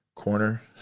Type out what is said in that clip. corner